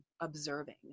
observing